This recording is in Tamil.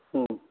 ம்